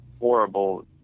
horrible